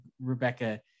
rebecca